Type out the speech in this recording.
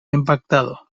impactado